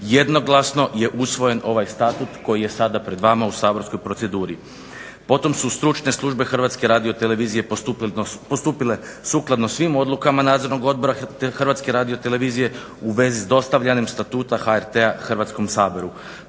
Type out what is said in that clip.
jednoglasno je usvojen ovaj Statut koji je sada pred vama u saborskoj proceduri. Potom su stručne službe HRT-a postupile sukladno svim odlukama Nadzornog odbora HRT-a u vezi s dostavljanjem statuta HRT-a Hrvatskom saboru.